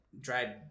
dried